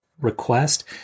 request